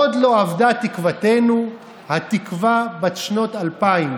// עוד לא אבדה תקוותנו / התקווה בת שנות אלפיים